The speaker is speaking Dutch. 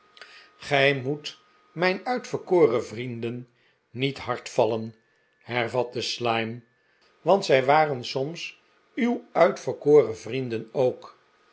gij moet mijn uitverkoren vrienden niet hard vallen hervatte slyme want zij waren soms uw uitverkoren vrienden ook